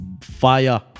Fire